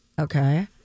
Okay